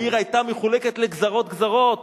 העיר היתה מחולקת לגזרות-גזרות: